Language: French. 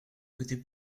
coûté